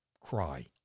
cry